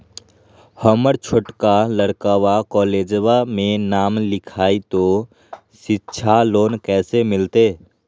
हमर छोटका लड़कवा कोलेजवा मे नाम लिखाई, तो सिच्छा लोन कैसे मिलते?